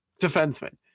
defenseman